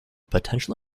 potential